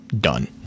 done